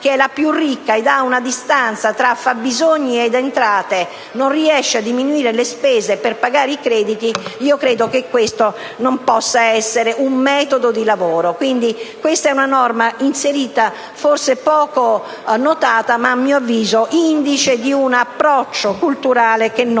che è la più ricca e ha una distanza tra fabbisogni ed entrate, non riesce a diminuire le spese per pagare i debiti, credo che questo non possa essere un metodo di lavoro. Questa è una norma che è stata inserita, forse poco notata, ma a mio avviso indice di un approccio culturale che non